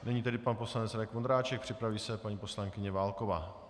Nyní tedy pan poslanec Radek Vondráček, připraví se paní poslankyně Válková.